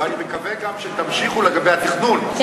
ואני מקווה גם שתמשיכו לגבי התכנון,